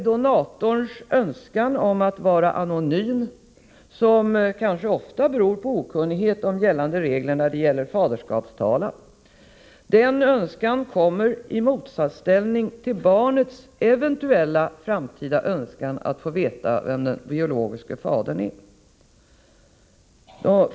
Donatorns önskan om att vara anonym — som kanske ofta beror på okunnighet om gällande regler när det gäller faderskapstalan — kommer i motsatsställning till barnets eventuella framtida önskan att få veta vem den biologiske fadern är.